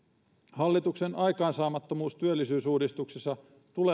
hallituksen aikaansaamattomuus työllisyysuudistuksessa tulee